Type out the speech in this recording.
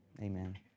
amen